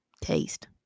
taste